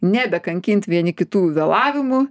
nebekankint vieni kitų vėlavimu